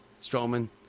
Strowman